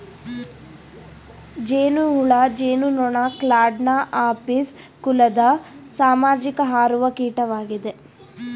ಜೇನುಹುಳು ಜೇನುನೊಣ ಕ್ಲಾಡ್ನ ಅಪಿಸ್ ಕುಲದ ಸಾಮಾಜಿಕ ಹಾರುವ ಕೀಟವಾಗಿದೆ